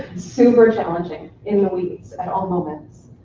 super challenging, in the weeds at all moments.